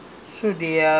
err what do you call this